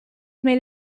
made